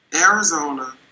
Arizona